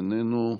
איננו,